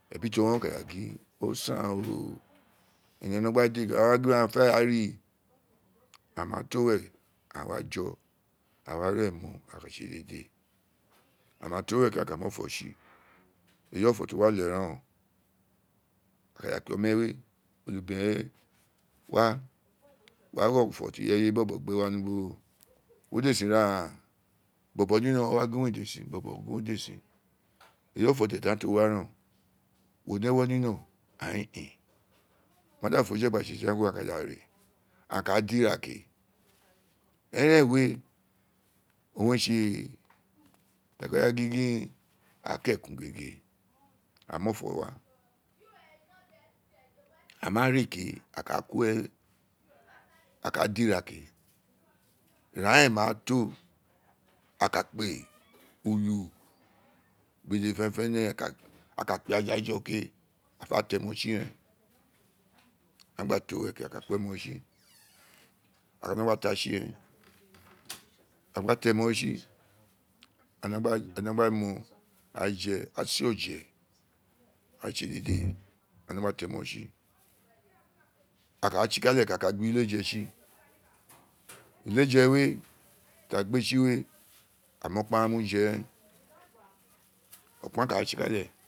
Ebi ti o wino ka gin osaan oo ene no gba de oghaan wa gin di aghaan fe re gba ri aghaan ma to wen aa wa jo aghaan wa ra emo gba tse dede aa ma to we ke a ka mu ofo tsi eyi ofo fi o wi oye ren oo a ka da kpe ome we oma onobren we wa wa ri ofo ti ireye, bo bo gbe wa ni ubo we wo di ee sin ira raan bobo ni no o wa gin ee sin eyi ofo ti aghaan to wa veen o ayin in o ma da forije de gba tse tan kuro aghaan ka da re gba di ira kee eren we owun re tse ti a ka gin gin kin ekun gege a mu ofo we waa a ma re ke a ka ko ee a ka di ira ke ira eren ma to dede fene fene aa ka kpe aja jo ke aa fe le mosi ren a gba lo we ke aa ka ko emo tsi ira ti a gba no gba mo aa je a so je a tse dede a ka tsi kals ke a ka gbe ule je tsi ule je we ta ka gbe tsi we aa mu okparan mu je ren okparan kaa tsi ka ye.